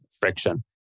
friction